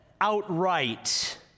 outright